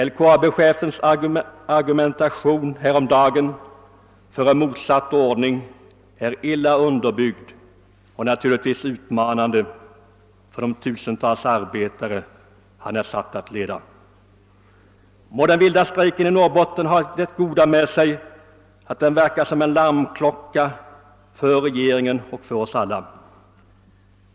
LKAB-chefens argumentation häromdagen för en annan ordning är illa underbyggd och naturligtvis utmanande för de tusentals arbetare han är satt att leda. Må den vilda strejken i Norrbotten ha det goda med sig att den verkar som en larmklocka för regeringen och för oss alla!